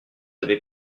avez